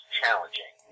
challenging